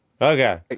Okay